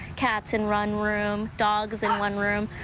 cats and run room dogs in one room.